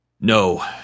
no